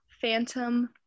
Phantom